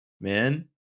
Man